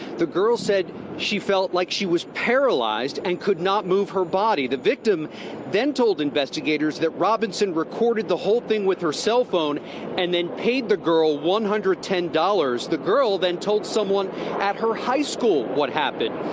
the girl said she felt like she was paralyzed and could not move her body. the victim then told investigators that robinson recorded the whole thing with her cell phone and then paid the girl one hundred and ten dollars. the girl then told someone a her high school what happened.